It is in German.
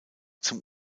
zum